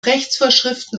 rechtsvorschriften